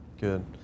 Good